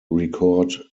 record